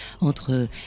entre